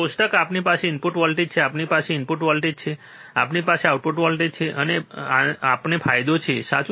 કોષ્ટક શું આપણી પાસે ઇનપુટ વોલ્ટેજ છે આપણી પાસે ઇનપુટ વોલ્ટેજ છે આપણી પાસે આઉટપુટ વોલ્ટેજ છે અને આપણને ફાયદો છે સાચું